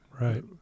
Right